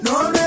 No